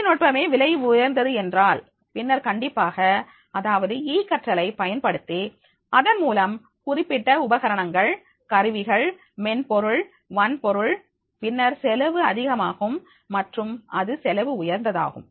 தொழில்நுட்பமே விலை உயர்ந்தது என்றால் பின்னர் கண்டிப்பாக அதாவது ஈ கற்றலை பயன்படுத்தி அதன்மூலம் குறிப்பிட்ட உபகரணங்கள் கருவிகள் மென்பொருள் வன்பொருள் பின்னர் செலவு அதிகமாகும் மற்றும் அது விலை உயர்ந்ததாகும்